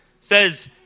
Says